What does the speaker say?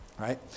right